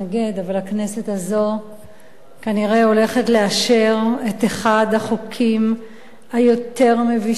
אבל הכנסת הזו כנראה הולכת לאשר את אחד החוקים היותר מבישים,